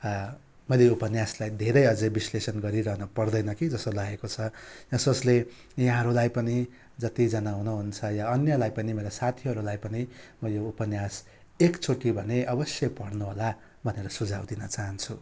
मैले यो उपन्यासलाई धेरै अझै विश्लेषण गरिरहन पर्दैन कि जसो लागेको छ यसोसले यहाँहरूलाई पनि जतिजना हुनुहुन्छ या अन्यलाई पनि मेरो साथीहरूलाई पनि म यो उपन्यास एकचोटि भने अवश्य पढ्नुहोला भनेर सुझाउ दिन चाहन्छु